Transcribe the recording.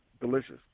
delicious